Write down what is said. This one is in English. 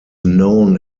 known